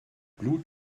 blut